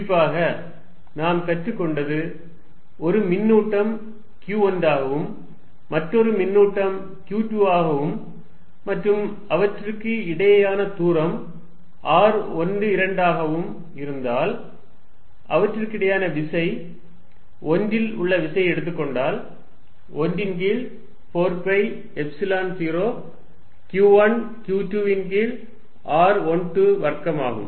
குறிப்பாக நாம் கற்றுக்கொண்டது ஒரு மின்னூட்டம் q1 ஆகவும் மற்றொரு மின்னூட்டம் q2 ஆகவும் மற்றும் அவற்றுக்கு இடையேயான தூரம் r12 ஆக இருந்தால் அவற்றுக்கிடையேயான விசை 1 இல் உள்ள விசையை எடுத்துக் கொண்டால் 1 ன் கீழ் 4 பை எப்சிலன் 0 q1 q2 ன் கீழ் r12 வர்க்கம் ஆகும்